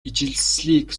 ижилслийг